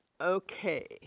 Okay